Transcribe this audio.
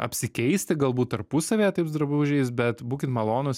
apsikeisti galbūt tarpusavyje taips drabužiais bet būkit malonūs